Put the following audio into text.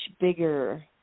bigger